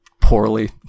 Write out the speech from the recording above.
Poorly